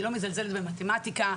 במתמטיקה,